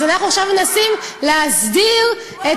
אז אנחנו עכשיו מנסים להסדיר את